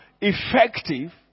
effective